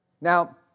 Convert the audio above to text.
Now